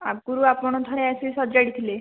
ଆଗରୁ ଆପଣ ଥରେ ଆସି ସଜାଡ଼ି ଥିଲେ